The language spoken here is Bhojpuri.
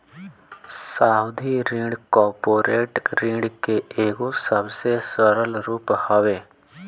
सावधि ऋण कॉर्पोरेट ऋण के एगो सबसे सरल रूप हवे